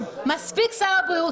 שמספיק שר הבריאות.